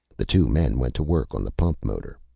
the two men went to work on the pump motor.